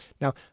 Now